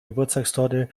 geburtstagstorte